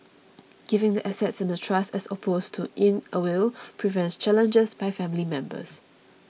giving the assets in a trust as opposed to in a will prevents challenges by family members